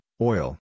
oil